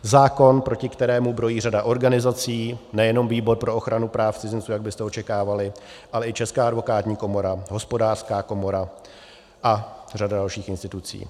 Zákon, proti kterému brojí řada organizací, nejenom Výbor pro ochranu práv cizinců, jak byste očekávali, ale i Česká advokátní komora, Hospodářská komora a řada dalších institucí.